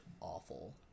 awful